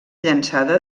llançada